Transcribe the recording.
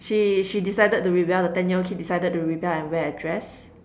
she she decided to rebel the ten year old kid decided to rebel and wear a dress